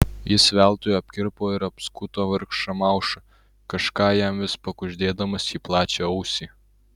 jis veltui apkirpo ir apskuto vargšą maušą kažką jam vis pakuždėdamas į plačią ausį